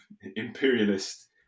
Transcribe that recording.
imperialist